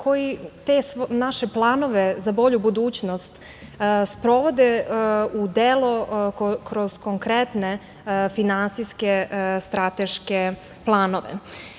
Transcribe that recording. koji te naše planove za bolju budućnost sprovode u delo kroz konkretne finansijske strateške planove. Ovih